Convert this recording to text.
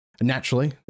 Naturally